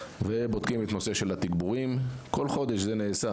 ובודקים את הנושא של התגבורים - זה נעשה